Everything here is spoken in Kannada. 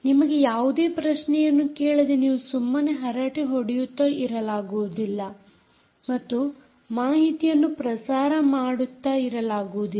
ನಿಮಗೆ ಯಾವುದೇ ಪ್ರಶ್ನೆಯನ್ನು ಕೇಳದೆ ನೀವು ಸುಮ್ಮನೆ ಹರಟೆ ಹೊಡೆಯುತ್ತಾ ಇರಲಾಗುವುದಿಲ್ಲ ಮತ್ತು ಮಾಹಿತಿಯನ್ನು ಪ್ರಸಾರ ಮಾಡುತ್ತಾ ಇರಲಾಗುವುದಿಲ್ಲ